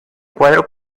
cuadro